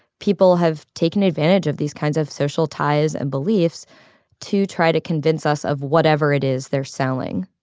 people have taken advantage of these kinds of social ties and beliefs to try to convince us of whatever it is they're selling